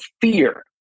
fear